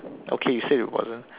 okay you said it wasn't